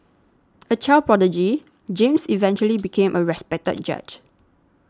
a child prodigy James eventually became a respected judge